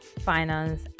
finance